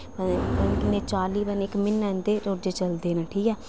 ऐ पता नेईं किन्ने चाली पता नेईं इक म्हीना इंदे रोजे चलदे न ठीक ऐ